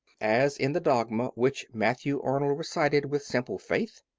as in the dogma which matthew arnold recited with simple faith.